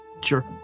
Sure